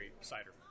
cider